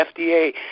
fda